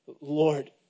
Lord